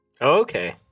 okay